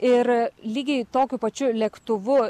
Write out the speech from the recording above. ir lygiai tokiu pačiu lėktuvu